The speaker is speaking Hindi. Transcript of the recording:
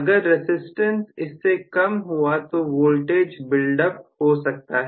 अगर रसिस्टेंस इससे कम हुआ तो वोल्टेज बिल्ड अप हो सकता है